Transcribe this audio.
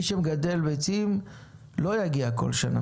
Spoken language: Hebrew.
מי שמגדל ביצים לא יגיע כל שנה.